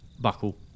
Buckle